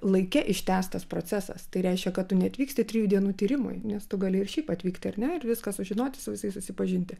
laike ištęstas procesas tai reiškia kad tu neatvyksti trijų dienų tyrimui nes tu gali ir šiaip atvykti ar ne ir viską sužinoti su visais susipažinti